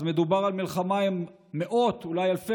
אז מדובר במלחמה עם מאות ואולי אלפי